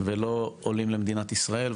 ולא עולים למדינת ישראל,